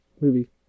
movie